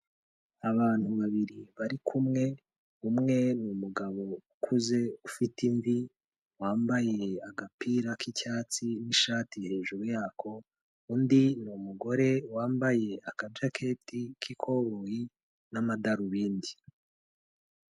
Abantu babiri bari kumwe, umwe ni umugabo ukuze, ufite imvi, wambaye agapira k'icyatsi n'ishati hejuru yako, undi ni umugore wambaye akajaketi k'ikoboyi n'amadarubindi.